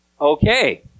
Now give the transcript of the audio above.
okay